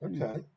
Okay